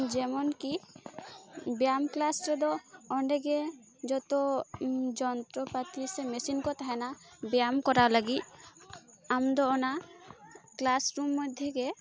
ᱡᱮᱢᱚᱱ ᱠᱤ ᱵᱮᱭᱟᱢ ᱠᱞᱟᱥ ᱨᱮᱫᱚ ᱚᱸᱰᱮ ᱜᱮ ᱡᱚᱛᱚ ᱡᱚᱱᱛᱨᱚ ᱯᱟ ᱛᱤ ᱥᱮ ᱢᱮᱥᱤᱱ ᱠᱚ ᱛᱟᱦᱮᱱᱟ ᱵᱮᱭᱟᱢ ᱠᱚᱨᱟᱣ ᱞᱟ ᱜᱤᱫ ᱟᱢ ᱫᱚ ᱚᱱᱟ ᱠᱞᱟᱥ ᱨᱩᱢ ᱢᱚᱫᱽᱫᱷᱮ ᱜᱮ